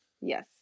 Yes